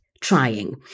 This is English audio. trying